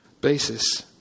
basis